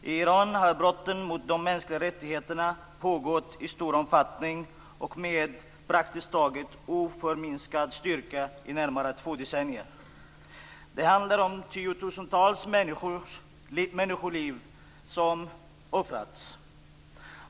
I Iran har brotten mot de mänskliga rättigheterna pågått i stor omfattning och med praktiskt taget oförminskad styrka i närmare två decennier. Det handlar om tiotusentals människoliv som offrats.